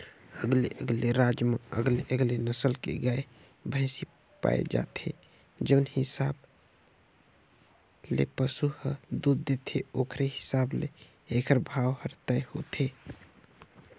अलगे अलगे राज म अलगे अलगे नसल के गाय, भइसी पाए जाथे, जउन हिसाब ले पसु ह दूद देथे ओखरे हिसाब ले एखर भाव हर तय होथे